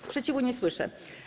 Sprzeciwu nie słyszę.